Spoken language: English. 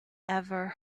ever